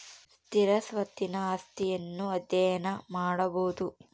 ಸ್ಥಿರ ಸ್ವತ್ತಿನ ಆಸ್ತಿಯನ್ನು ಅಧ್ಯಯನ ಮಾಡಬೊದು